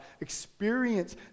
experience